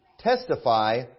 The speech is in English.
testify